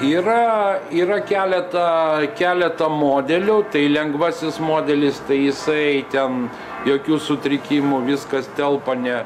yra yra keletą keleto modelių tai lengvasis modelis tai jisai ten jokių sutrikimų viskas telpa ne